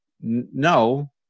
No